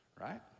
Right